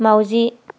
माउजि